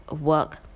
work